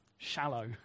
Shallow